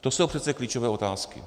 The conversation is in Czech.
To jsou přece klíčové otázky.